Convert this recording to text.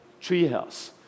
treehouse